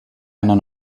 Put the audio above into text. einer